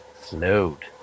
Slowed